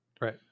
right